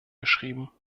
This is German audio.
geschrieben